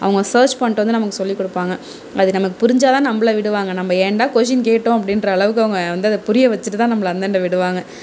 அவங்க சேர்ச் பண்ணிட்டு வந்து நமக்கு சொல்லி கொடுப்பாங்க அது நமக்கு புரிஞ்சாதான் நம்மள விடுவாங்க நம்ம ஏன்டா கொஷின் கேட்டோம் அப்படின்ற அளவுக்கு அவங்க வந்து அதை புரிய வைச்சிட்டுதா நம்மள அந்தண்டை விடுவாங்க